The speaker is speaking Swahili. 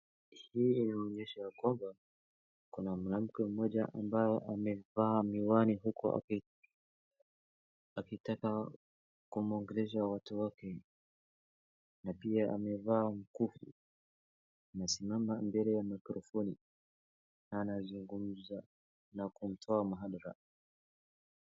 Hii inaonyesha ya kwamba, kuna mwanamke mmoja ambaye amevaa miwani huku akitaka kumwongelesha watu wake na pia amevaa mkufu. Anasimama mbele ya microphone, na anazungumza na kumtoa mahadhara.